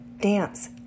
dance